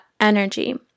energy